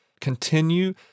continue